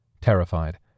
Terrified